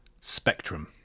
Spectrum